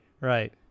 Right